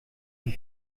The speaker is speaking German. wie